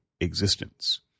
existence